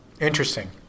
Interesting